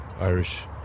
Irish